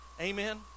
Amen